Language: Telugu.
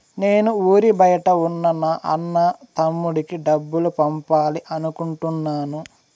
నేను ఊరి బయట ఉన్న నా అన్న, తమ్ముడికి డబ్బులు పంపాలి అనుకుంటున్నాను